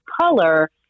color